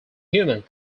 humans